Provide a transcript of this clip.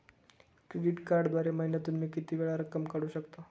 Credit कार्डद्वारे महिन्यातून मी किती वेळा रक्कम काढू शकतो?